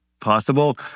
possible